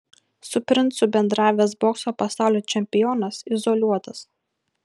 su princu bendravęs bokso pasaulio čempionas izoliuotas